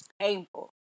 painful